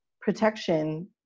protection